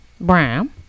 brown